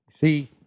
See